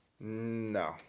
no